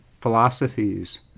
philosophies